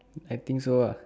I think so ah